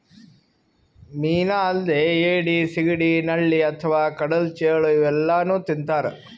ಮೀನಾ ಅಲ್ದೆ ಏಡಿ, ಸಿಗಡಿ, ನಳ್ಳಿ ಅಥವಾ ಕಡಲ್ ಚೇಳ್ ಇವೆಲ್ಲಾನೂ ತಿಂತಾರ್